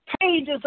pages